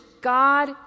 god